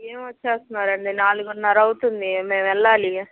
ఏమి వస్తున్నారండి నాలుగున్నర అవుతుంది మేము వెళ్ళాలి